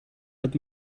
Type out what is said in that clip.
but